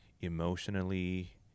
Emotionally